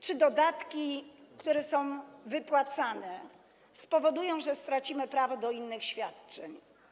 Czy dodatki, które są wypłacane, spowodują, że stracimy prawo do innych świadczeń?